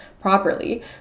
properly